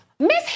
Miss